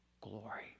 glory